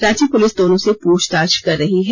Ranchi police दोनों से पूछताछ कर रही है